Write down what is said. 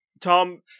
Tom